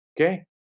Okay